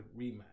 rematch